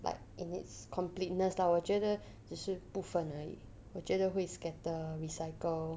like in its completeness 到我觉得只是部分而已我觉得会 scatter recycle